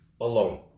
alone